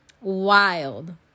Wild